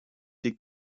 dick